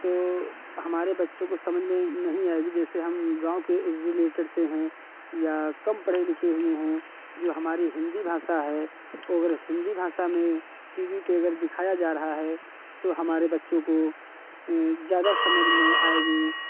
तो हमारे बच्चों को समझ में नहीं आएगी जैसे हम गाँव के रिलेटेड से हैं या कम पढे़ लिखे हुए हैं जो हमारी हिन्दी भाषा है वो अगर हिन्दी भाषा में टी वी पे अगर दिखाया जा रहा है तो हमारे बच्चों को ज़्यादा समझ में आएगी